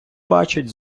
бачать